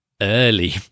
early